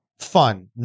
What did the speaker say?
fun